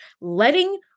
letting